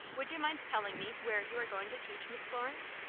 would you mind telling me where you are going to teach, miss florence?